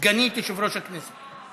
סגנית יושב-ראש הכנסת.